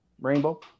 rainbow